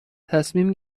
تصمیم